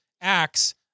acts